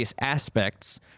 aspects